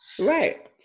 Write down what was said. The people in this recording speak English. right